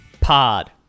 Pod